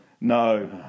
No